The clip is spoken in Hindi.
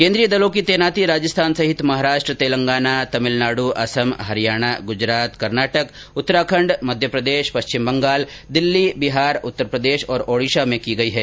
केन्द्रीय दलों की तैनाती राजस्थान सहित महाराष्ट्र तेलंगाना तमिलनाडु असम हरियाणा गुजरात कर्नाटक उत्तराखंड मध्य प्रदेश पश्चिम बंगाल दिल्ली बिहार उत्तर प्रदेश और ओडिसा में की गई है